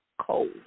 cold